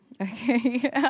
Okay